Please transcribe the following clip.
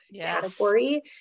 category